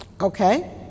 Okay